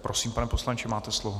Prosím, pane poslanče, máte slovo.